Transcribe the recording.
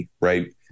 right